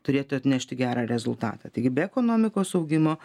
turėtų atnešti gerą rezultatą taigi be ekonomikos augimo